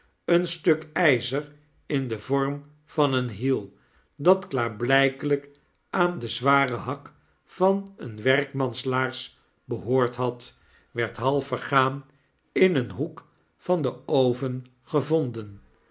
een stuk yzer in den vorm van een hiel dat klaarbljjkelyk aan den zwaren hak van eene werkmanslaars behoord had werd half vergaan in een hoek van den oven gevonden